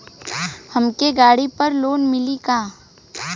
हमके गाड़ी पर लोन मिली का?